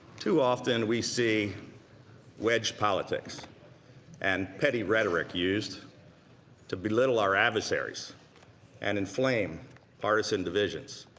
to often we see wedge politics and petty rhetoric used to belittle our adversaries and inflame partisan divisions.